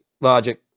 logic